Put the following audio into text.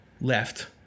Left